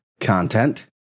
Content